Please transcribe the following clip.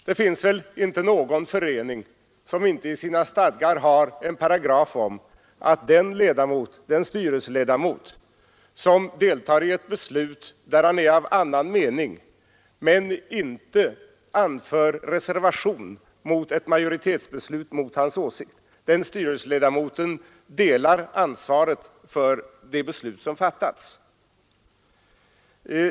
Det finns väl inte någon förening som inte i sina stadgar har en paragraf om att en styrelseledamot som är av annan mening men inte anför reservation mot majoritetens beslut delar ansvaret för det beslut som fattats.